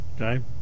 okay